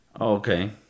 Okay